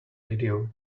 radio